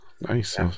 nice